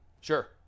Sure